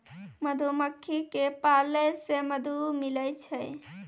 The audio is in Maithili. मधुमक्खी क पालै से मधु मिलै छै